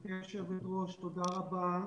גברתי היושבת ראש, תודה רבה.